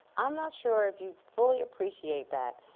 i'm not sure if you fully appreciate that,